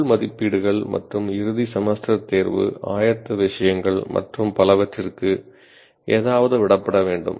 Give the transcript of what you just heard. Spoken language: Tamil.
உள் மதிப்பீடுகள் மற்றும் இறுதி செமஸ்டர் தேர்வு ஆயத்த விஷயங்கள் மற்றும் பலவற்றிற்கு ஏதாவது விடப்பட வேண்டும்